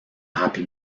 happy